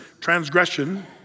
transgression